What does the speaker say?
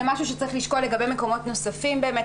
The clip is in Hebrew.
זה משהו שצריך לשקול לגבי מקומות נוספים באמת,